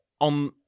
on